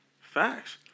Facts